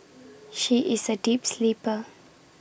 she is A deep sleeper